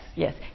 Yes